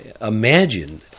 Imagine